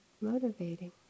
motivating